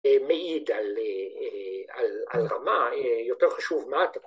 ‫מעיד על רמה יותר חשוב מה הת.